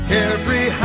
Carefree